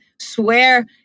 swear